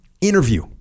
interview